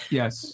yes